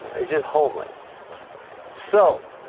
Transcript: it's just homely so